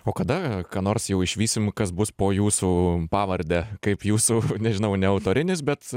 o kada ką nors jau išvysim kas bus po jūsų pavarde kaip jūsų nežinau ne autorinis bet